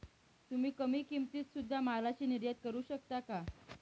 तुम्ही कमी किमतीत सुध्दा मालाची निर्यात करू शकता का